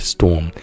Storm